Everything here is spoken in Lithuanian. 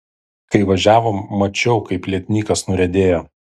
kai važiavom mačiau kaip lietnykas nuriedėjo